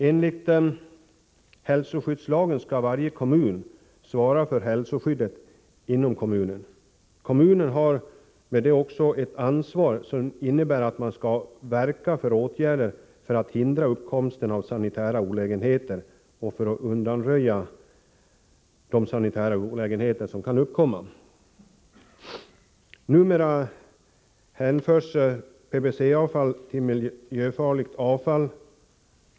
Enligt hälsoskyddslagen skall varje kommun svara för hälsoskyddet inom kommunen. Kommunen har med det också ett ansvar som innebär att man skall verka för åtgärder för att hindra uppkomsten av sanitära olägenheter och för att undanröja de sanitära olägenheter som ändå kan uppkomma. Numera hänförs PCB-avfall till miljöfarligt avfall.